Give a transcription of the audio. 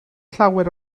llawer